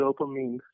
dopamine